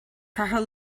ceathair